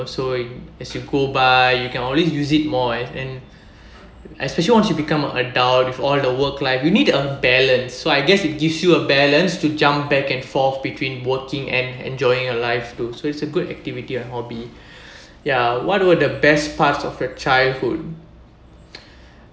so as you go by you can always use it more and and especially once you become a adult with all the work life you need a balance so I guess it gives you a balance to jump back and forth between working and enjoying your life too so it's a good activity and hobby ya what were the best part of your childhood